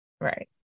Right